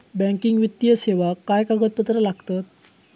Banking वित्तीय सेवाक काय कागदपत्र लागतत?